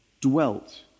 dwelt